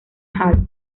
hall